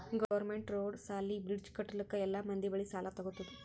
government road, ಸಾಲಿ, bridge ಕಟ್ಟಲುಕ್ ಎಲ್ಲಾ ಮಂದಿ ಬಲ್ಲಿ ಸಾಲಾ ತಗೊತ್ತುದ್